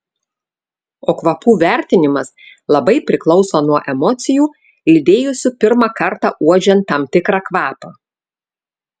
o kvapų vertinimas labai priklauso nuo emocijų lydėjusių pirmą kartą uodžiant tam tikrą kvapą